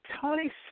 Tony